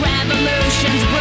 Revolutions